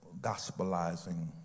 gospelizing